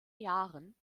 jahren